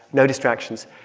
no distractions.